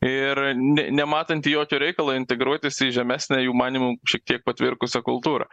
ir ne nematanti jokio reikalo integruotis į žemesnę jų manymu šiek tiek patvirkusią kultūrą